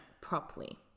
properly